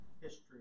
history